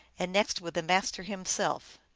and next with the master himself.